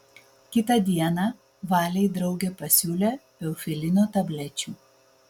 kitą dieną valei draugė pasiūlė eufilino tablečių